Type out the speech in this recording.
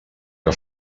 que